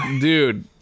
Dude